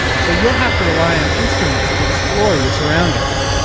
so you'll have to rely on instruments to explore your surroundings.